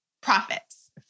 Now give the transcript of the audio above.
profits